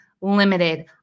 limited